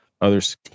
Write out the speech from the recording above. others